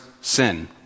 sin